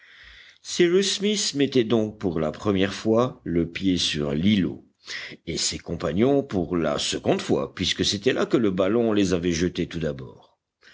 cyrus smith mettait donc pour la première fois le pied sur l'îlot et ses compagnons pour la seconde fois puisque c'était là que le ballon les avait jetés tout d'abord